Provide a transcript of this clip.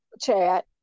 chat